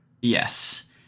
Yes